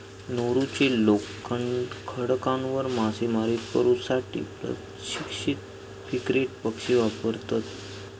नौरूचे लोक खडकांवर मासेमारी करू साठी प्रशिक्षित फ्रिगेट पक्षी वापरतत